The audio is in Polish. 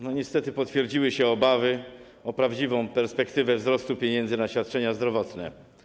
Niestety potwierdziły się obawy o prawdziwą perspektywę wzrostu pieniędzy na świadczenia zdrowotne.